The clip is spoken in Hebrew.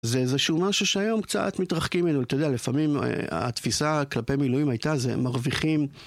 זה איזה שהוא משהו שהיום קצת מתרחקים אלו, אתה יודע, לפעמים התפיסה כלפי מילואים הייתה, זה מרוויחים.